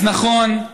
אז נכון,